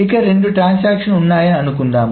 ఇక్కడ రెండు ట్రాన్సాక్షన్లు ఉన్నాయి అని అనుకుందాం